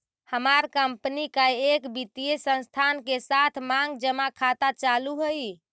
हमार कंपनी का एक वित्तीय संस्थान के साथ मांग जमा खाता चालू हई